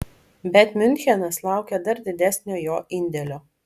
bet miunchenas laukia dar didesnio jo indėlio